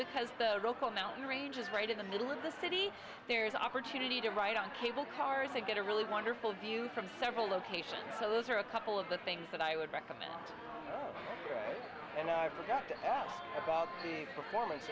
because the local mountain range is right in the middle of the city there is opportunity to write on cable cars and get a really wonderful view from several locations so those are a couple of the things that i would recommend and i forgot to ask about the performance